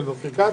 בבקשה.